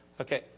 okay